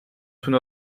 toute